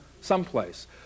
someplace